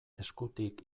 eskutik